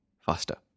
faster